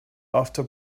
after